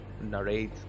narrate